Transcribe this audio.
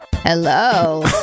hello